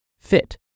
fit